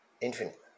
infinite